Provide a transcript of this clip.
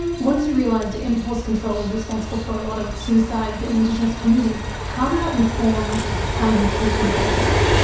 once you realised impulse control was responsible for a lot of suicides in indigenous communities, how did that inform how you treated patients?